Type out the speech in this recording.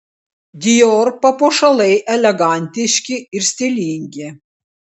dior papuošalai elegantiški ir stilingi